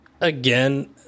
Again